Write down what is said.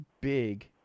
big